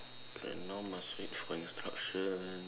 then now must wait for instructions